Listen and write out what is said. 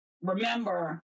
remember